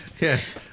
yes